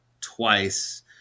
twice